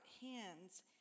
hands